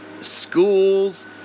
schools